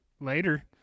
later